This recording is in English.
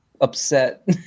upset